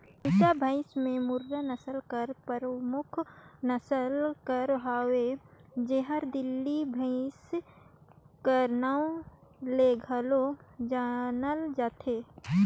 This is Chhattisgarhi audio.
भंइसा भंइस में मुर्रा नसल हर परमुख नसल कर हवे जेहर दिल्ली भंइस कर नांव ले घलो जानल जाथे